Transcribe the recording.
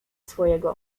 swojego